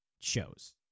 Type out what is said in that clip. shows